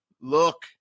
look